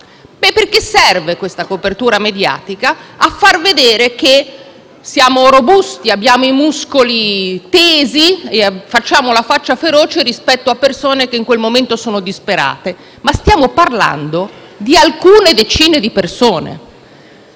persone disperate? Questa copertura mediatica serve a far vedere che siamo robusti, che abbiamo i muscoli tesi e mostriamo la faccia cattiva rispetto a persone che in quel momento sono disperate. Stiamo parlando di alcune decine di persone,